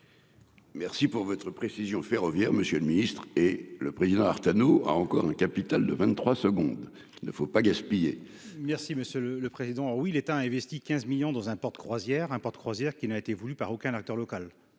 Merci pour votre précision ferroviaire, monsieur le ministre et le président Artano a encore un capital de 23 secondes, il ne faut pas gaspiller. Merci monsieur le président, oui, l'État investit 15 millions dans un port de croisière, un port de croisière qui n'a été voulue par aucun acteur local,